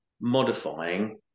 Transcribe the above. modifying